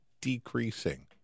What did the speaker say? decreasing